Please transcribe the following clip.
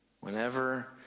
whenever